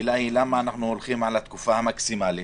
השאלה היא למה אנחנו הולכים על התקופה המקסימלית